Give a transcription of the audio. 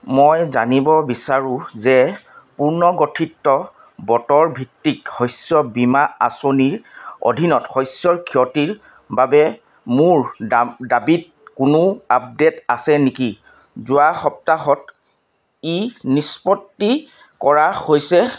মই জানিব বিচাৰো যে পুনৰ্গঠিত বতৰ ভিত্তিক শস্য বীমা আঁচনিৰ অধীনত শস্যৰ ক্ষতিৰ বাবে মোৰ দা দাবীত কোনো আপডে'ট আছে নেকি যোৱা সপ্তাহত ই নিষ্পত্তি কৰা হৈছে